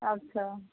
अच्छा